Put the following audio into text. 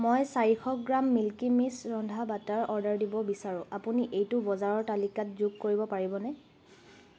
মই চাৰিশ গ্ৰাম মিল্কী মিষ্ট ৰন্ধা বাটাৰ অৰ্ডাৰ দিব বিচাৰোঁ আপুনি এইটো বজাৰৰ তালিকাত যোগ কৰিব পাৰিবনে